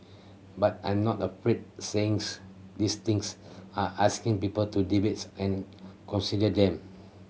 but I'm not afraid saying these things are asking people to debate and consider them